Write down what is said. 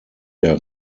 der